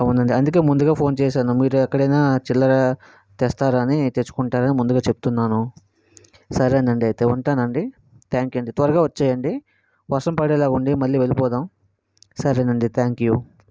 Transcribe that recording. అవును అండి అందుకే ముందుగా ఫోన్ చేశాను మీరు ఎక్కడైనా చిల్లర తెస్తారు అని తెచ్చుకుంటారు అని ముందుగా చెప్తున్నాను సరే అండి అయితే ఉంటాను అండి థాంక్ యూ అండి త్వరగా వచ్చేయండి వర్షం పడేలా ఉంది మళ్ళీ వెళ్ళిపోదాం సరే అండి థాంక్ యూ